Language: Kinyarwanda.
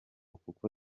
kuko